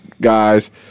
guys –